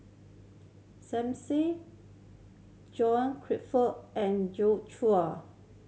Som Said John Crawfurd and Joi Chua